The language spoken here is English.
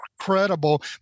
incredible